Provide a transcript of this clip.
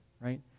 right